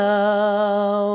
now